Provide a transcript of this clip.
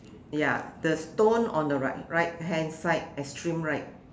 ya the stone on the right right hand side extreme right